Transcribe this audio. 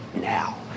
now